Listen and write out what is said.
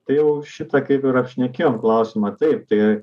tai jau šitą kaip ir apšnekėjom klausimą taip tai